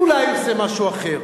ואולי עושה משהו אחר.